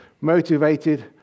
motivated